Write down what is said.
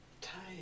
Tight